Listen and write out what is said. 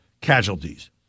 casualties